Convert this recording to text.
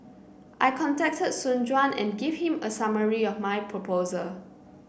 I contacted Soon Juan and gave him a summary of my proposal